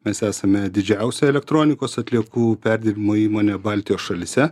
mes esame didžiausia elektronikos atliekų perdirbimo įmonė baltijos šalyse